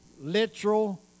literal